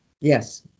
yes